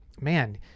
man